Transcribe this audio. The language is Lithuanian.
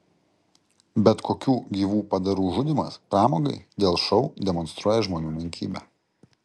bet kokių gyvų padarų žudymas pramogai dėl šou demonstruoja žmonių menkybę